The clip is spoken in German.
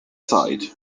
zeit